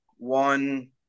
one